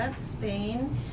Spain